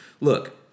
Look